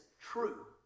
true